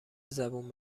زبون